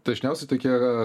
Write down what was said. dažniausiai tokie